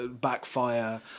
backfire